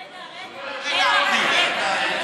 רגע, רגע.